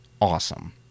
awesome